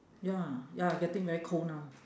ya ya getting very cold now